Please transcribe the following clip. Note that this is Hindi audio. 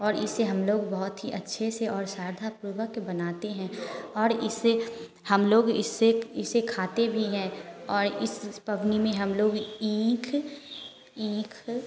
और इसे हम लोग बहुत ही अच्छे से और श्रद्धापूर्वक बनाते हैं और इसे हम लोग इससे इसे खाते भी हैं और इस पबनी में हम लोग ईंख ईंख